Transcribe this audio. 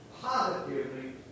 positively